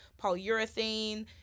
polyurethane